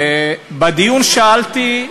בדיון שאלתי: